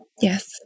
Yes